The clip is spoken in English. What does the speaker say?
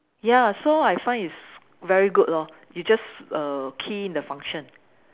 ya so I find it's very good lor you just err key in the function